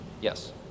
yes